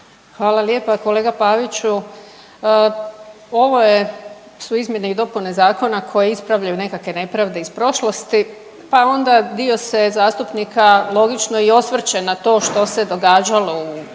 Hvala lijepa. Kolega Paviću ovo su izmjene i dopune zakona koje ispravljaju nekakve nepravde iz prošlosti, pa onda dio se zastupnika logično i osvrće na to što se događalo u prošlom